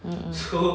mm mm